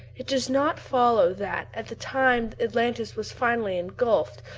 it does not follow that, at the time atlantis was finally ingulfed,